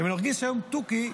אני מרגיש היום תוכי.